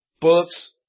books